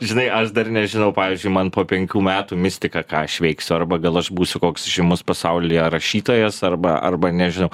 žinai aš dar nežinau pavyzdžiui man po penkių metų mistika ką aš veiksiu arba gal aš būsiu koks žymus pasaulyje rašytojas arba arba nežinau